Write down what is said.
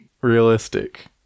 Realistic